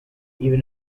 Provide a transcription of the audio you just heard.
even